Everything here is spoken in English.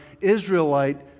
Israelite